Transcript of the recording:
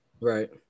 right